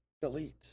delete